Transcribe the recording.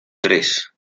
tres